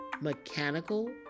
mechanical